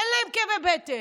אין להם כאבי בטן.